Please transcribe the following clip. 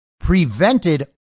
prevented